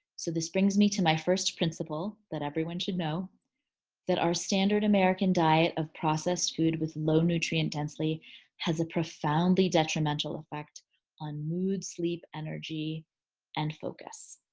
so this brings me to my first principle that everyone should know that our standard american diet of processed food with low nutrient density has a profoundly detrimental effect on mood sleep, energy and focus.